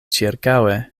ĉirkaŭe